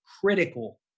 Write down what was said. critical